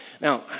Now